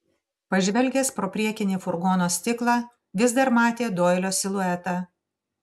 pažvelgęs pro priekinį furgono stiklą vis dar matė doilio siluetą